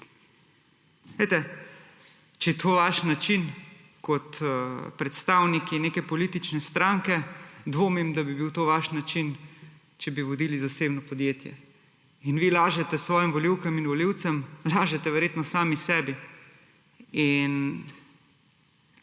Glejte, če je to vaš način kot predstavniki neke politične stranke, dvomim, da bi bil to vaš način, če bi vodili zasebno podjetje. In vi lažete svojim volivkam in volivcem, lažete verjetno sami sebi.